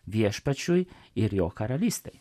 viešpačiui ir jo karalystei